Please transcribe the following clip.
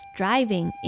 driving